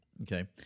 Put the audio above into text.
okay